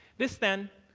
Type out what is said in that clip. this, then,